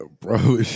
Bro